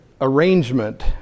arrangement